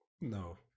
no